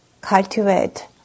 cultivate